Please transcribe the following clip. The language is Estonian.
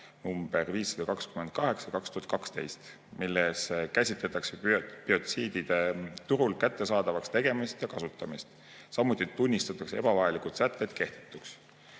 nr 528/2012, milles käsitletakse biotsiidide turul kättesaadavaks tegemist ja kasutamist. Samuti tunnistatakse ebavajalikud sätted